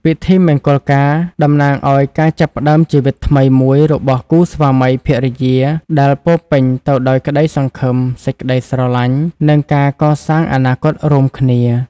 ពិធីមង្គលការតំណាងឱ្យ ការចាប់ផ្តើមជីវិតថ្មី មួយរបស់គូស្វាមីភរិយា ដែលពោរពេញទៅដោយក្តីសង្ឃឹម សេចក្តីស្រឡាញ់ និងការកសាងអនាគតរួមគ្នា ។